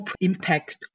impact